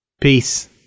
Peace